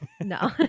no